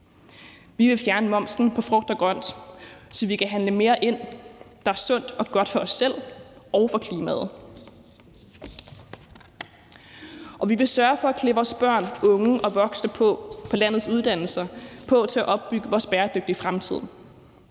Vi vil fjerne momsen på frugt og grønt, så vi kan handle mere ind af det, der er sundt og godt for os selv og for klimaet. Og vi vil sørge for at klæde vores børn, unge og voksne på landets uddannelser på til at opbygge vores bæredygtige fremtid.